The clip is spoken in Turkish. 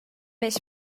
beş